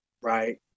right